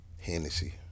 Hennessy